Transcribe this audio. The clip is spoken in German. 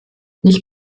ich